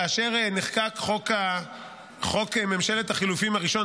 כאשר נחקק חוק ממשלת החילופים הראשון,